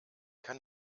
kann